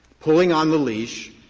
pulling on the leash.